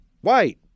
White